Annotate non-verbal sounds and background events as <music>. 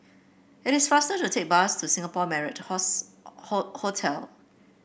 it is faster to take bus to Singapore Marriott <unintelligible> Hotel